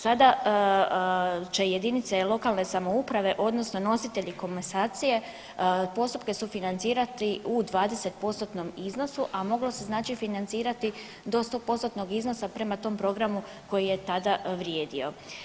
Sada će jedinice lokalne samouprave odnosno nositelji komasacije postupke sufinancirati u 20%-tnom iznosu, a moglo se znači financirati do 100%-tnog iznosa prema tom programu koji je tada vrijedio.